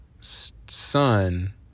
son